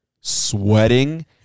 sweating